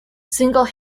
single